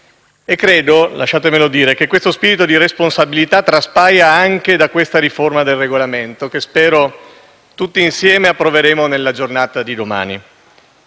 parti. Lasciatemi dire che questo spirito di responsabilità traspare anche da questa riforma del Regolamento, che spero tutti insieme approveremo nella giornata di domani.